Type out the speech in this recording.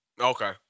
Okay